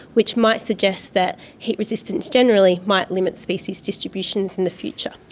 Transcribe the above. which might suggest that heat resistance generally might limit species distributions in the future.